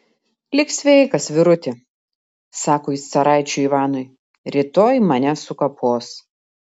lik sveikas vyruti sako jis caraičiui ivanui rytoj mane sukapos